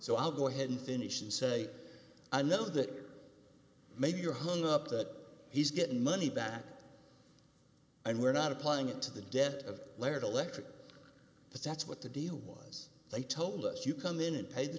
so i'll go ahead and finish and say i know that maybe you're hung up that he's getting money back and we're not applying it to the death of laird electic but that's what the deal was they told us you come in and pay the